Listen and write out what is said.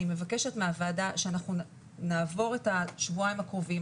אני מבקשת מהוועדה שאנחנו נעבור את השבועיים הקרובים,